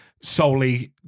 solely